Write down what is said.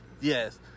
Yes